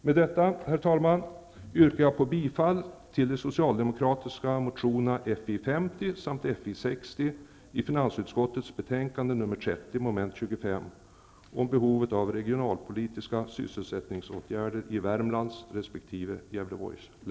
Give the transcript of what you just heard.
Med detta, herr talman, yrkar jag på bifall till de socialdemokratiska motionerna Fi50 samt Fi60 i finansutskottets betänkande 30 mom. 25 om behovet av regionalpolitiska sysselsättningsåtgärder i Värmlands län resp.